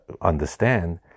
understand